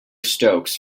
stokes